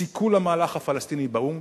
סיכול המהלך הפלסטיני באו"ם,